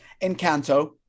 Encanto